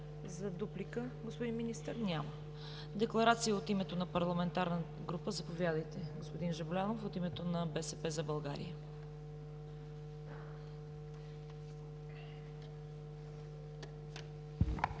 Декларация от името на парламентарна група. Заповядайте, господин Жаблянов, от името на „БСП за България“.